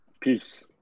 Peace